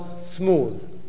smooth